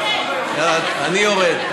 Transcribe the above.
אני יורד.